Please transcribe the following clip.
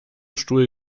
stuhl